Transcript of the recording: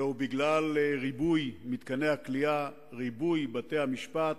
אלא בגלל ריבוי מתקני הכליאה וריבוי בתי-המשפט,